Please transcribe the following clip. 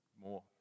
More